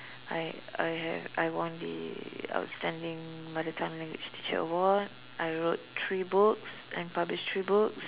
I I have I won the outstanding mother tongue language teacher award I wrote three books I published three books